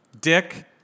Dick